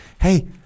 Hey